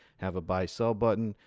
have a buy sell button,